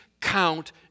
count